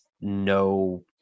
no